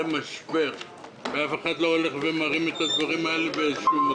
משבר ואף אחד לא מרים את הדברים האלה.